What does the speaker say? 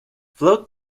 float